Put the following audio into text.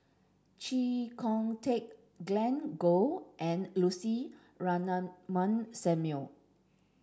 Chee Kong Tet Glen Goei and Lucy Ratnammah Samuel